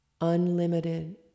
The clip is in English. unlimited